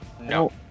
No